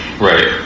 Right